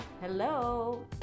hello